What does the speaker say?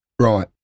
Right